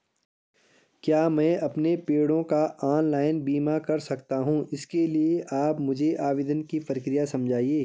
क्या मैं अपने पेड़ों का ऑनलाइन बीमा करा सकता हूँ इसके लिए आप मुझे आवेदन की प्रक्रिया समझाइए?